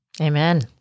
Amen